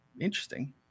Interesting